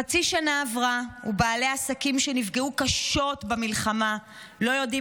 חצי שנה עברה ובעלי עסקים שנפגעו קשות במלחמה לא יודעים